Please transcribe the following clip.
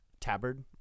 tabard